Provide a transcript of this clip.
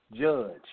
judge